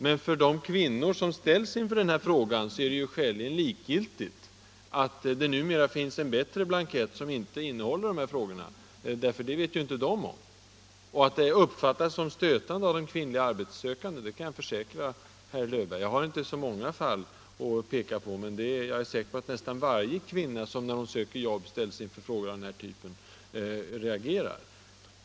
Men för de kvinnor som ställs inför sådana här frågor är det skäligen likgiltigt att det numera finns en bättre blankett som inte innehåller dessa frågor, för det vet de inte om. Och att frågorna uppfattas som stötande av de kvinnliga arbetssökande kan jag försäkra herr Löfberg. Jag har inte så många fall att peka på, men jag är säker på att nästan varje kvinna, som ställs inför frågor av den här typen, reagerar.